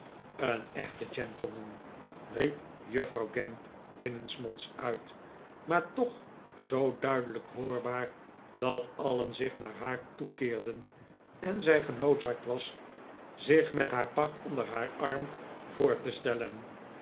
een echte gentleman riep juf f rou w gamp binnensmonds uit maar toch zoo duidelijk hoorbaar dat alien zich naar haar toekeerden en zij genoodzaakt was zich met haar pak onder haar arm voor te stellen